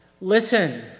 Listen